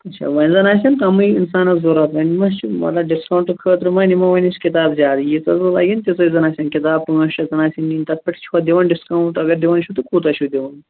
اچھا وۅنۍ زَن آسَن کَمٕے اِنسانَس ضروٗرت وۅنۍ ما چھِ مطلب ڈسکاوُنٛٹہٕ خٲطرٕ ما نِمَو وۅنۍ أسۍ کِتابہٕ زیادٕ ییٖژھا زٕ لَگن تیٖژٕے زن آسَن کِتابہٕ پانٛژھ شےٚ زن آسَن نِنۍ تہٕ تتھ پیٚٹھ چھُوا دِوان ڈسکاوُنٛٹ اگر دِوان چھُو تہٕ کوٗتاہ چھُو دِوان